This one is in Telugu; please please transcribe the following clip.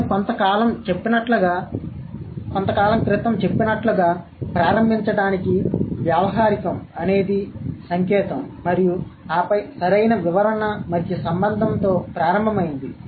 నేను కొంతకాలం క్రితం చెప్పినట్లుగా ప్రారంభించడానికి వ్యావహారికం అనేది సంకేతం మరియు ఆపై సరైన వివరణ మధ్య సంబంధంతో ప్రారంభమైంది